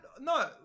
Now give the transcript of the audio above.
No